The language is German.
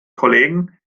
kollegen